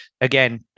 again